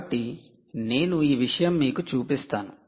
కాబట్టి నేను ఈ విషయం మీకు చూపిస్తాను